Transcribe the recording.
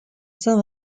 saint